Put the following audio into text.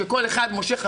כשכל אחד מושך,